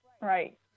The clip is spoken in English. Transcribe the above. Right